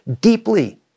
deeply